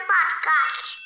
Podcast